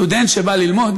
סטודנט שבא ללמוד